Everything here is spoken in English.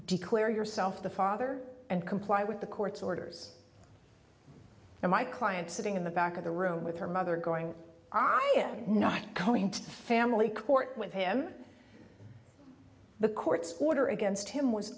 declare yourself the father and comply with the court's orders and my client sitting in the back of the room with her mother going i am not going to family court with him the court's order against him was